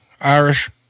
Irish